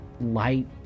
light